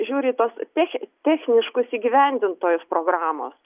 žiūri į tuos tech techniškus įgyvendintojus programos